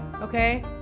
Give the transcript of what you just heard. Okay